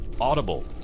Audible